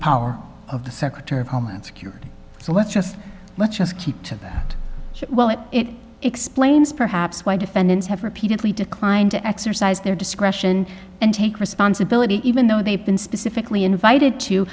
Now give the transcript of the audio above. power of the secretary of homeland security so let's just let's just keep to that well it explains perhaps why defendants have repeatedly declined to exercise their discretion and take responsibility even though they've been specifically invited to